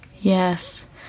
Yes